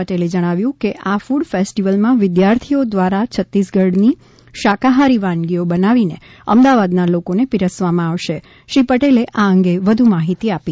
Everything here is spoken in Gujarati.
પટેલે જણાવ્યું કે આ ક્રડ ફેસ્ટિવલમાં વિદ્યાર્થીઓ દ્વારા છત્તીસગઢની શાકાહારી વાનગીઓ બનાવીને અમદાવાદના લોકોને પીરસવામાં આવશે શ્રી પટેલે આ અંગે વધુ માહિતી આપી